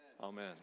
Amen